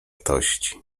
tości